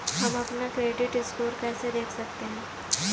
हम अपना credit score कैसे देख सकते हैं?